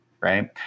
right